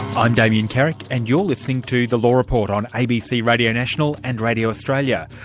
i'm damien carrick and you're listening to the law report on abc radio national and radio australia.